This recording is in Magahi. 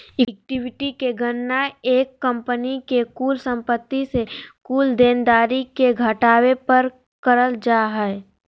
इक्विटी के गणना एक कंपनी के कुल संपत्ति से कुल देनदारी के घटावे पर करल जा हय